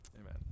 amen